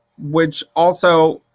which also